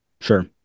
sure